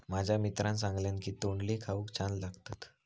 माझ्या मित्रान सांगल्यान की तोंडली खाऊक छान लागतत